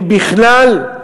אם בכלל,